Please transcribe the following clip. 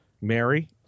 Mary